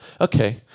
Okay